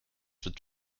wird